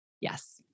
Yes